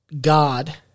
God